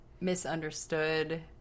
misunderstood